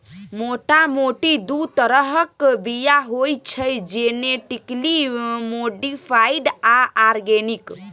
मोटा मोटी दु तरहक बीया होइ छै जेनेटिकली मोडीफाइड आ आर्गेनिक